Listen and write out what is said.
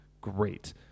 Great